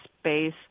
space